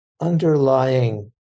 underlying